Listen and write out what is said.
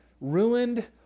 ruined